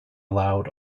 allowed